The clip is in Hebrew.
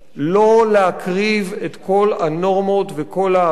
לא להקריב את כל הנורמות וכל הערכים